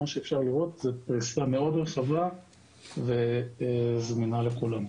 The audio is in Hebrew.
שזה בפריסה מאוד רחבה וזמינה לכולם,